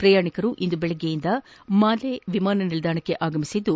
ಪ್ರಯಾಣಿಕರು ಇಂದು ಬೆಳಗ್ಗಿನಿಂದ ಮಾಲೆ ವಿಮಾನ ನಿಲ್ಲಾಣಕ್ಕೆ ಆಗಮಿಸಿದ್ದು